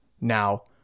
Now